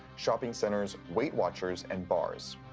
shopping centers, weight watchers and bars.